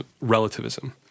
relativism